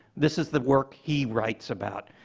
this is the work he writes about.